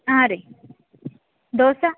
ಹಾಂ ರೀ ದೋಸಾ